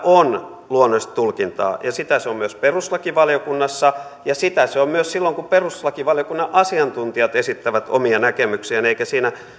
on luonnollista tulkintaa sitä se on myös perustuslakivaliokunnassa ja sitä se on myös silloin kun perustuslakivaliokunnan asiantuntijat esittävät omia näkemyksiään eikä siinä